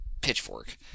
pitchfork